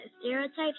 stereotypes